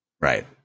Right